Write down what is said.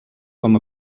com